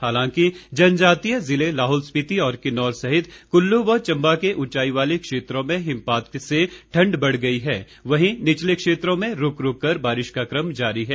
हालांकि जनजातीय जिले लाहुल स्पिति और किन्नौर सहित कुल्लू व चम्बा के ऊंचाई वाले क्षेत्रों में हिमपात से ठंड बढ़ गई है वहीं निचले क्षेत्रों में रुक रुक कर बारिश का क्रम जारी है